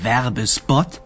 Werbespot